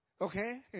okay